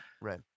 Right